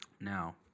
Now